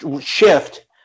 shift